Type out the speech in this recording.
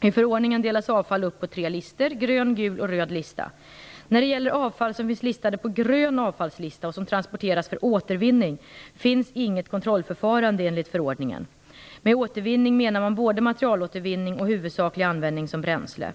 I förordningen delas avfall upp på tre listor; grön, gul och röd lista. När det gäller avfall som finns listade på grön avfallslista och som transporteras för återvinning finns inget kontrollförfarande enligt förordningen. Med återvinning menar man både materialåtervinning och huvudsaklig användning som bränsle.